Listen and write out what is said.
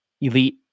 elite